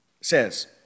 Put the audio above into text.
says